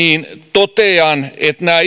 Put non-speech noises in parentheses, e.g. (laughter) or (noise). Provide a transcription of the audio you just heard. totean että nämä (unintelligible)